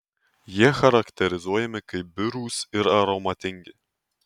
jie charakterizuojami kaip birūs ir aromatingi